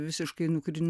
visiškai nukri